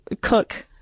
Cook